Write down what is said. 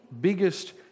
biggest